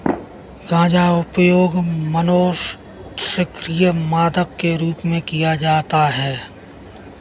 गांजा उपयोग मनोसक्रिय मादक के रूप में किया जाता है